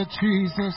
Jesus